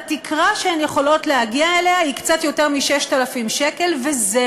התקרה שהן יכולות להגיע אליה היא קצת יותר מ-6,000 וזהו.